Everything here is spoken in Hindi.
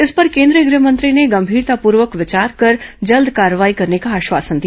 इस पर केंद्रीय गृह मंत्री ने गंभीरतापूर्वक विचार कर जल्द कार्रवाई का आश्वासन दिया